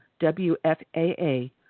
WFAA